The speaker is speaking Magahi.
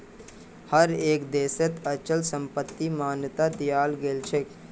हर एक देशत अचल संपत्तिक मान्यता दियाल गेलछेक